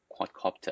quadcopter